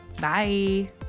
Bye